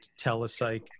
telepsych